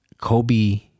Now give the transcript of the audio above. Kobe